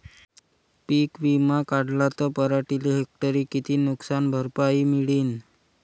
पीक विमा काढला त पराटीले हेक्टरी किती नुकसान भरपाई मिळीनं?